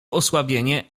osłabienie